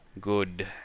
good